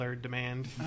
demand